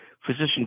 Physician